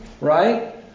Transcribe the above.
right